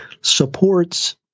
supports